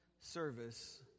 service